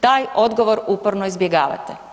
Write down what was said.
Taj odgovor uporno izbjegavate.